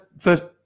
first